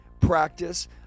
practice